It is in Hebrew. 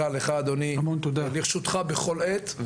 שצריך לדון בהן במהלך הישיבות הבאות,